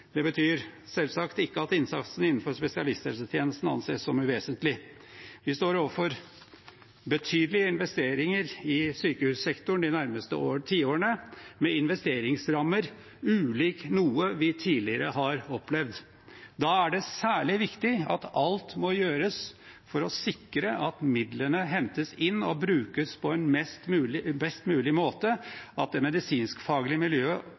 Det betyr selvsagt ikke at innsatsen innenfor spesialisthelsetjenesten anses som uvesentlig. Vi står overfor betydelige investeringer i sykehussektoren de nærmeste tiårene, med investeringsrammer ulikt noe vi tidligere har opplevd. Da er det særlig viktig at alt må gjøres for å sikre at midlene hentes inn og brukes på en best mulig